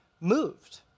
moved